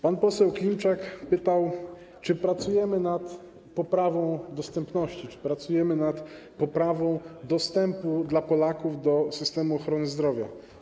Pan poseł Klimczak pytał, czy pracujemy nad poprawą dostępności, czy pracujemy nad poprawą dostępu dla Polaków do systemu ochrony zdrowia.